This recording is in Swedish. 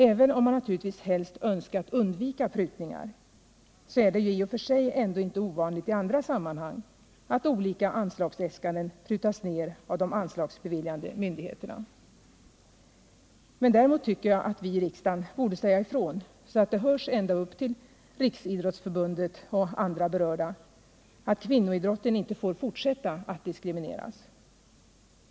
Även om man naturligtvis helst önskat undvika prutningar, är det i och för sig ändå inte ovanligt i andra sammanhang, att olika anslagsäskanden prutas ner av de anslagsbeviljande myndigheterna. Men däremot tycker jag att riksdagen borde säga ifrån, så att det hörs ända upp till Riksidrottsförbundet och andra berörda, att kvinnoidrotten inte får fortsätta att diskrimineras.